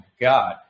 god